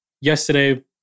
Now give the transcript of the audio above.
yesterday